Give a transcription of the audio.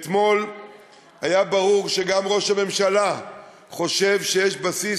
אתמול היה ברור שגם ראש הממשלה חושב שיש בסיס